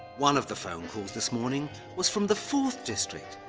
one of the phone calls this morning was from the fourth district,